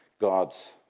God's